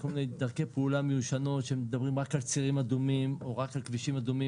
דרכי פעולה ישנות שמדברות רק על צירים אדומים או רק על כבישים אדומים,